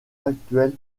actuel